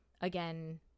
again